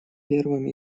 первым